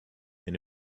and